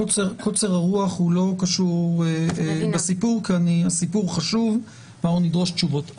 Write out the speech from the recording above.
קוצר הרוח לא קשור לסיפור שהוא חשוב ואנחנו נדרוש תשובות.